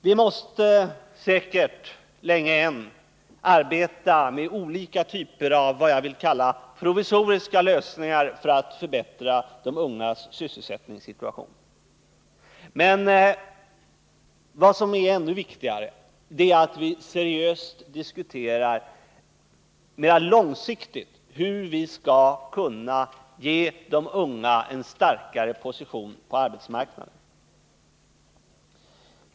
Vi måste säkert länge än arbeta med olika typer av vad jag vill kalla provisoriska lösningar för att förbättra de ungas sysselsättningssituation. Men ännu viktigare är att vi seriöst diskuterar hur vi mera långsiktigt skall kunna ge de unga en starkare position på arbetsmarknaden.